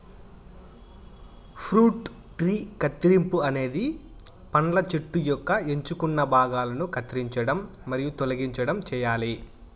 fruit tree కత్తిరింపు అనేది పండ్ల చెట్టు యొక్క ఎంచుకున్న భాగాలను కత్తిరించడం మరియు తొలగించడం చేయాలి